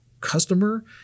customer